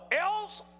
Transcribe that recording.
else